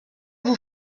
vous